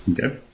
Okay